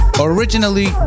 originally